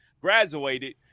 graduated